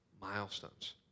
milestones